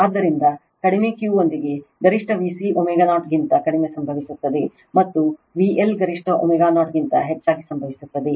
ಆದ್ದರಿಂದ ಕಡಿಮೆ Q ಯೊಂದಿಗೆ ಗರಿಷ್ಠVC ω0 ಗಿಂತ ಕಡಿಮೆ ಸಂಭವಿಸುತ್ತದೆ ಮತ್ತು VL ಗರಿಷ್ಠω0 ಗಿಂತ ಹೆಚ್ಚಾಗಿ ಸಂಭವಿಸುತ್ತದೆ